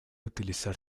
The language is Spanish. utilizar